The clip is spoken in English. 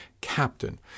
Captain